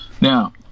Now